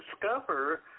discover